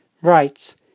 writes